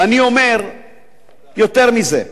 ואני אומר יותר מזה.